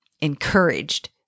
encouraged